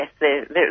yes